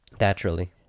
Naturally